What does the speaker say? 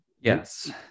Yes